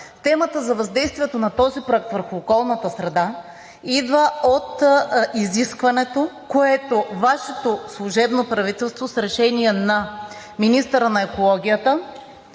Темата за въздействието на Проект върху околната среда идва от изискването, което Вашето служебно правителство с решение на министъра на екологията